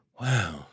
Wow